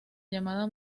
llamada